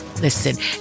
Listen